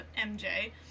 mj